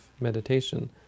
meditation